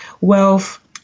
wealth